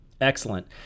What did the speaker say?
Excellent